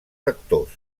rectors